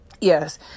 yes